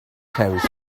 carries